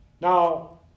Now